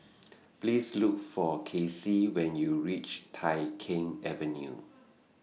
Please Look For Kacey when YOU REACH Tai Keng Avenue